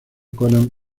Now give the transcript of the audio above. conan